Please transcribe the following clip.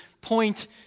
point